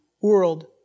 world